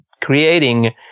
creating